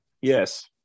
Yes